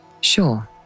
Sure